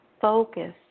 focus